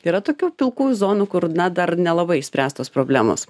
yra tokių pilkų zonų kur na dar nelabai išspręstos problemos